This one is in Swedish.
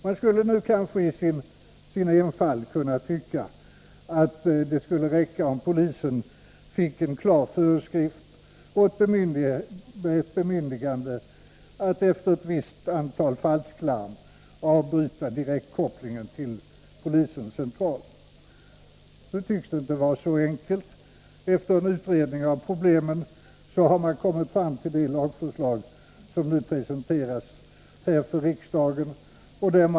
Man skulle i sin enfald kanske kunna tycka att det skulle räcka om polisen fick en klar föreskrift och ett bemyndigande att efter ett visst antal falsklarm få avbryta direktkopplingen till polisens central. Nu tycks det inte vara så enkelt. Efter en utredning av problemen har man kommit fram till det lagförslag som nu presenteras för riksdagen.